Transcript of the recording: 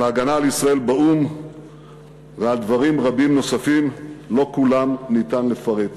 על ההגנה על ישראל באו"ם ועל דברים רבים נוספים שלא את כולם ניתן לפרט.